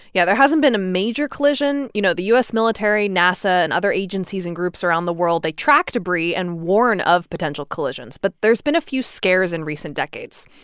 yeah, there hasn't been a major collision. you know, the u s. military, nasa and other agencies and groups around the world, they track debris and warn of potential collisions. but there's been a few scares in recent decades.